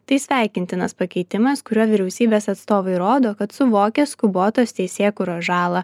tai sveikintinas pakeitimas kuriuo vyriausybės atstovai rodo kad suvokia skubotos teisėkūros žalą